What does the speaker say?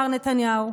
מר נתניהו.